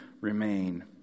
remain